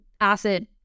acid